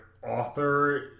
Author